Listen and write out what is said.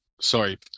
Sorry